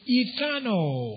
eternal